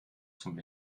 zum